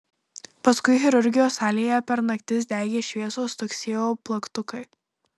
paskui chirurgijos salėje per naktis degė šviesos stuksėjo plaktukai